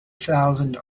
thousand